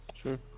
sure